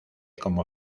como